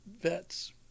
vets